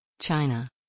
China